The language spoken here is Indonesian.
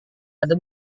ada